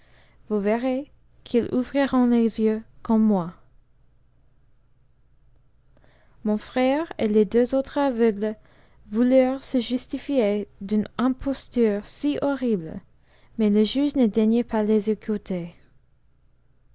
vous verrez qu'ils ouvriront les yeux comme moi mon frère et tes deux autres aveugles voulurent se justifier d'une imposture si horrible mais le juge ne daigna pas les écouter